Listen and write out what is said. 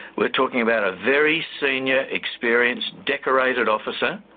we're talking about a very senior, experienced, decorated officer